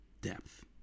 depth